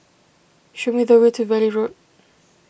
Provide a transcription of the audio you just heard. show me the way to Valley Road